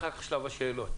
אחר כך שלב השאלות.